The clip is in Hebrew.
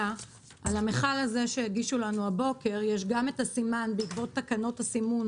המכל הזה שהגישו לנו הבוקר יש גם הסימן בעקבות תקנות הסימון